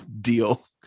deal